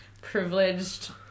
privileged